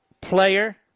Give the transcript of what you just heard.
player